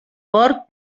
porc